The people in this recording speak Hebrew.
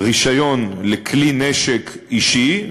רישיון לכלי נשק אישי,